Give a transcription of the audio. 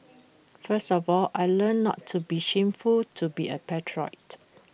first of all I learnt not to be shameful to be A patriot